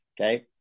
Okay